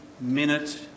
minute